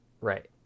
Right